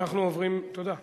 תודה רבה.